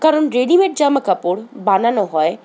কারণ রেডিমেড জামাকাপড় বানানো হয়